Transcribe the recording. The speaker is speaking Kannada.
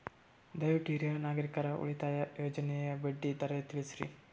ದಯವಿಟ್ಟು ಹಿರಿಯ ನಾಗರಿಕರ ಉಳಿತಾಯ ಯೋಜನೆಯ ಬಡ್ಡಿ ದರ ತಿಳಸ್ರಿ